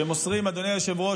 אדוני היושב-ראש,